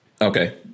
Okay